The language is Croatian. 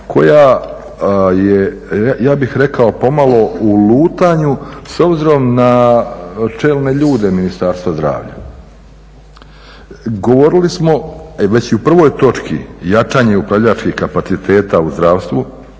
koja je ja bih rekao pomalo u lutanju s obzirom na čelne ljude Ministarstva zdravlja. Govorili smo već i u prvoj točki jačanje upravljačkih kapaciteta u zdravstvu